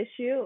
issue